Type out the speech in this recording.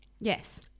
yes